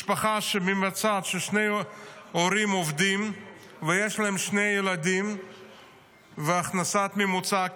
משפחה שממצב של שני הורים עובדים שיש להם שני ילדים והכנסה ממוצעת,